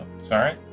Sorry